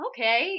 Okay